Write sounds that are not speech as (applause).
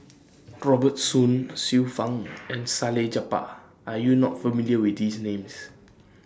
Robert Soon Xiu Fang (noise) and Salleh Japar Are YOU not familiar with These Names